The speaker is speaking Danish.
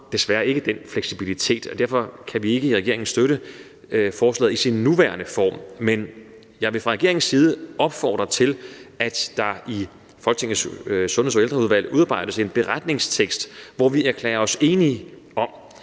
desværre ikke den fleksibilitet, og derfor kan regeringen ikke støtte forslaget i sin nuværende form, men jeg vil fra regeringens side opfordre til, at der i Folketingets Sundheds- og Ældreudvalg udarbejdes en beretning, hvor vi erklærer, at vi er